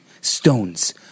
Stones